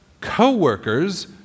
co-workers